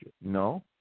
No